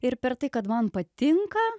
ir per tai kad man patinka